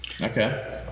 Okay